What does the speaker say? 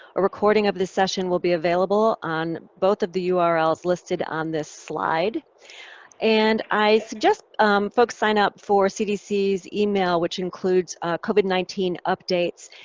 a recording of this session will be available on both of the ah urls listed on this slide and i suggest folks sign up for cdc's email, which includes covid nineteen updates,